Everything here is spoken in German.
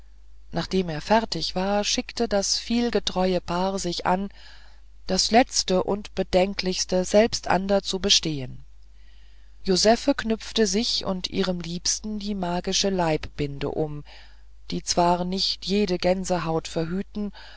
nachdem er fertig war schickte das vielgetreue paar sich an das letzte und bedenklichste selbander zu bestehen josephe knüpfte sich und ihrem liebsten die magische leibbinde um die zwar nicht jede gänsehaut verhüten